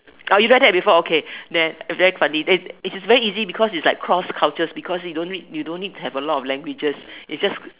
oh you done that before okay than very funny then it's is very easy because its like cross cultures because you don't need to have a lot of languages